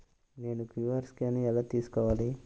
నేను QR scan ఎలా తీసుకోవాలి?